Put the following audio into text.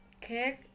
cake